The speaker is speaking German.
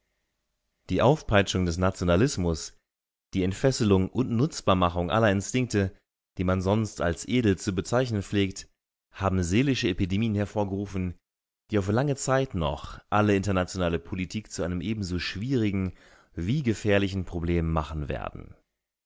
die aufpeitschung des nationalismus die entfesselung und nutzbarmachung aller instinkte die man sonst als edel zu bezeichnen pflegt haben seelische epidemien hervorgerufen die auf lange zeit noch alle internationale politik zu einem ebenso schwierigen wie gefährlichen problem machen werden